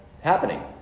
happening